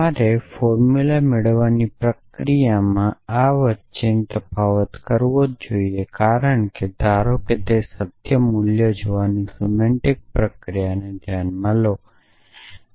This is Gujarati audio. તમારે ફોર્મુલા મેળવવાની પ્રક્રિયામાં આ બંને વચ્ચે તફાવત કરવો જોઇએ કારણ કે ધારો કે કે તમે સત્ય મૂલ્ય જોવાની સિમેન્ટીક પ્રક્રિયાને ધ્યાનમાં લો છો